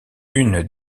une